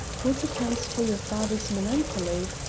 what accounts for your father's melancholy?